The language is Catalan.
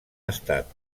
estat